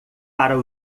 para